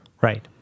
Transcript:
Right